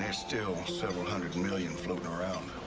ah still several hundred million floatin' around.